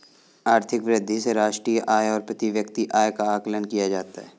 आर्थिक वृद्धि से राष्ट्रीय आय और प्रति व्यक्ति आय का आकलन किया जाता है